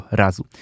razu